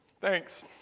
Thanks